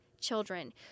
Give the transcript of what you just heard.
children